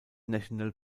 national